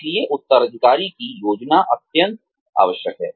इसलिए उत्तराधिकारी की योजना अत्यंत आवश्यक है